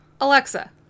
Alexa